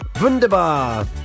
Wunderbar